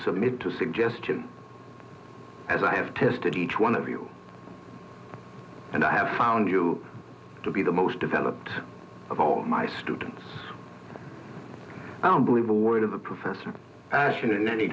submit to suggestion as i have tested each one of you and i have found you to be the most developed of all my students i don't believe a word of the professor ashton in any